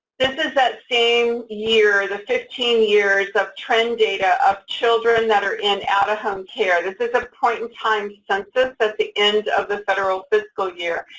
this is that same year, the fifteen years of trend data of children that are in out-of-home care. this is a point-in-time census at the end of the federal fiscal year.